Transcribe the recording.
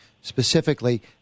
specifically